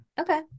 Okay